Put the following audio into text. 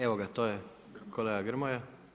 Evo ga to je, kolega Grmoja.